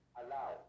allow